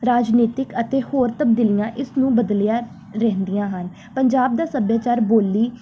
ਰਾਜਨੀਤਿਕ ਅਤੇ ਹੋਰ ਤਬਦੀਲੀਆਂ ਇਸ ਨੂੰ ਬਦਲਿਆ ਰਹਿੰਦੀਆਂ ਹਨ ਪੰਜਾਬ ਦਾ ਸੱਭਿਆਚਾਰ ਬੋਲੀ